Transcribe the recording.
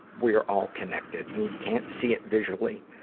we are all connected. we can't see it visually,